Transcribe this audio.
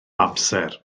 amser